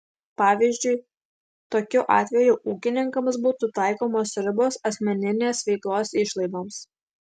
pavyzdžiui tokiu atveju ūkininkams būtų taikomos ribos asmeninės veiklos išlaidoms